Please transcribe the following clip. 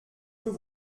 peut